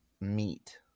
meet